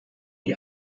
die